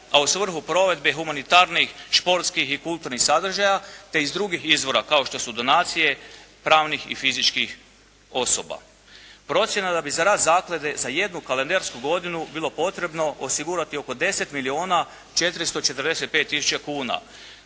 a u svrhu provedbe humanitarnih, športskih i kulturnih sadržaja, te iz drugih izvora kao što su donacije pravnih i fizičkih osoba. Procjena da bi za rad zaklade za jednu kalendarsku godinu bilo potrebno osigurati oko 10 milijuna 445 tisuća kuna.